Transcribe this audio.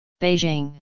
Beijing